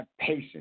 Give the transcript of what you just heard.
patience